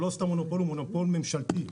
לא סתם מונופול, הוא מונופול ממשלתי,